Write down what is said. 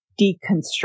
deconstruct